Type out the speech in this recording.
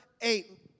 eight